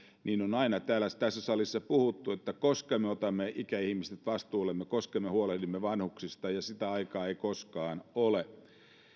on aina tässä salissa puhuttu että koska me otamme ikäihmiset vastuullemme koska me huolehdimme vanhuksista ja sitä aikaa ei koskaan ole